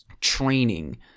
training